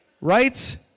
Right